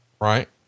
right